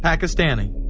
pakistani,